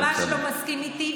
חבר הכנסת אמסלם ממש לא מסכים איתי,